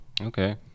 Okay